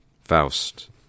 faust